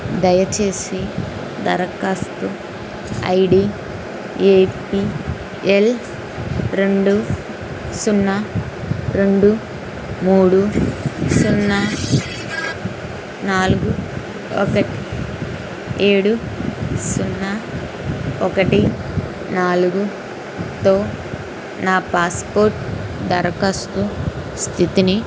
దయచేసి ధరఖాస్తు ID A P L రెండు సున్నా రెండు మూడు సున్నా నాలుగు ఒకటి ఏడు సున్నా ఒకటి నాలుగుతో నా పాస్పోర్ట్ ధరఖస్తు స్థితిని